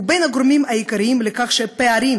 הוא בין הגורמים העיקריים לכך שהפערים